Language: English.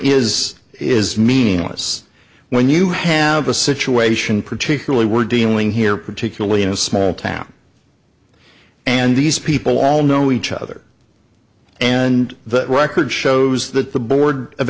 is is meaningless when you have a situation particularly we're dealing here particularly in a small town and these people all know each other and the record shows that the board of